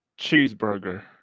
cheeseburger